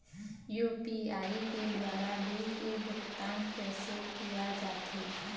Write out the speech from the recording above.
UPI के द्वारा bill के भुगतान कैसे किया जाथे?